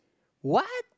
what